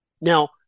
Now